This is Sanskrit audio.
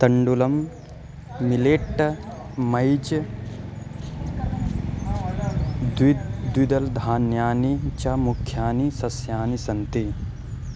तण्डुलं मिलेट् मैज् द्विद् द्विदलं धान्यानि च मुख्यानि सस्यानि सन्ति